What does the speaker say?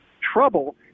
trouble